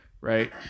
right